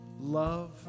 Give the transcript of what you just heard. Love